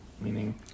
meaning